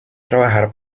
trabajar